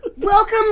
Welcome